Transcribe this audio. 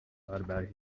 about